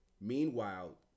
Meanwhile